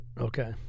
okay